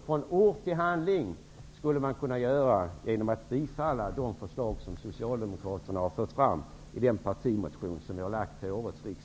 Från ord till handling kan man gå genom att bifalla de förslag som Socialdemokraterna har lagt fram i sin partimotion till årets riksmöte.